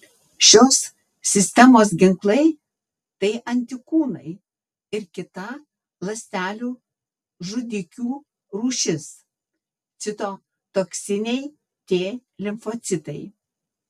šios sistemos ginklai tai antikūnai ir kita ląstelių žudikių rūšis citotoksiniai t limfocitai